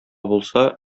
булса